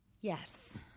Yes